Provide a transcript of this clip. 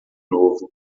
novo